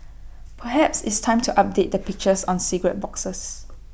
perhaps it's time to update the pictures on cigarette boxes